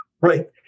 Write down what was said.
Right